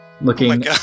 looking